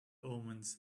omens